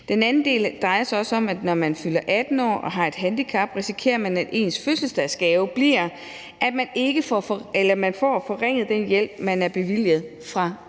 Den anden del drejer sig også om, at når man fylder 18 år og har et handicap, risikerer man, at ens fødselsdagsgave bliver, at man får forringet den hjælp, man var bevilget, før